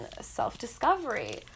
self-discovery